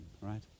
right